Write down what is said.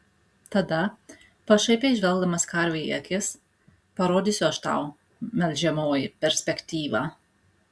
tada pašaipiai žvelgdamas karvei į akis parodysiu aš tau melžiamoji perspektyvą